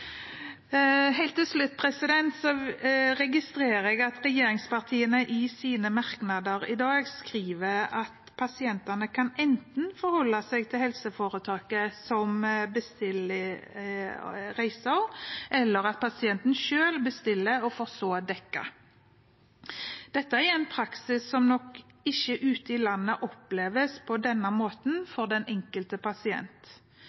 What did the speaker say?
registrerer at regjeringspartiene i sine merknader i dag skriver at pasientene enten kan forholde seg til at det er helseforetaket som bestiller reiser, eller at pasienten selv bestiller og så får det dekket. Dette er en praksis som nok ikke ute i landet oppleves på denne måten for den enkelte pasient.